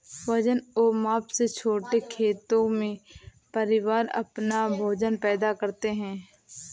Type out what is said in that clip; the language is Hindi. वजन और माप से छोटे खेतों में, परिवार अपना भोजन पैदा करते है